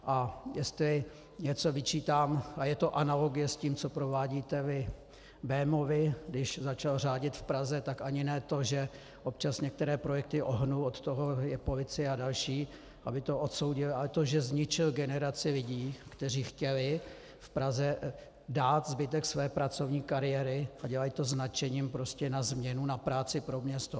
A jestli něco vyčítám, a je to analogie s tím, co provádíte vy, Bémovi, když začal řádit v Praze, tak ani ne to, že občas některé projekty ohnul, od toho je policie a další, aby to odsoudili, ale to, že zničil generaci lidí, kteří chtěli v Praze dát zbytek své pracovní kariéry a dělali to s nadšením, na změnu, na práci pro město.